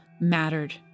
mattered